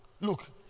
Look